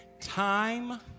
Time